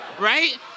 right